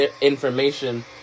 information